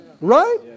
right